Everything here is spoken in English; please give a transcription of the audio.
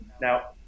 Now